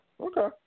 Okay